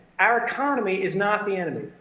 our economy is not the enemy.